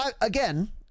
again